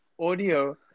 audio